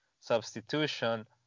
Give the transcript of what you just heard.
substitution